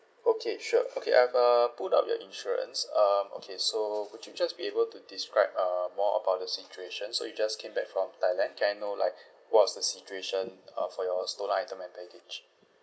okay sure okay I've uh put out your insurance um okay so could you just be able to describe uh more about the situation so you just came back from thailand can I know like what was the situation uh for your stolen item and baggage